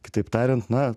kitaip tariant na